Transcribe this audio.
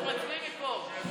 אנחנו מצביעים מפה.